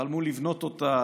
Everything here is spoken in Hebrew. חלמו לבנות אותה,